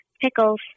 pickles